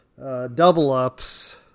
double-ups